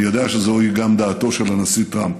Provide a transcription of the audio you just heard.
אני יודע שזוהי גם דעתו של הנשיא טראמפ.